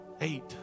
eight